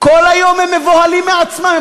כל היום הם מבוהלים מעצמם.